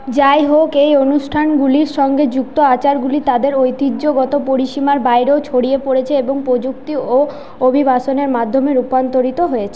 যাই হোক এই অনুষ্ঠানগুলির সঙ্গে যুক্ত আচারগুলি তাদের ঐতিহ্যগত পরিসীমার বাইরেও ছড়িয়ে পড়েছে এবং প্রযুক্তি ও অভিবাসনের মাধ্যমে রূপান্তরিত হয়েছে